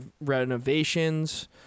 renovations